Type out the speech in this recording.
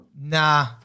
nah